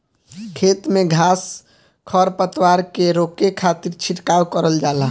खेत में घास खर पतवार के रोके खातिर छिड़काव करल जाला